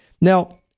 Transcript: now